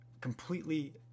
completely